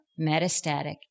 metastatic